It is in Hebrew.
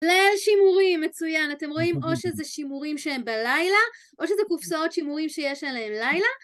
ליל שימורים, מצוין, אתם רואים או שזה שימורים שהם בלילה, או שזה קופסאות שימורים שיש עליהם לילה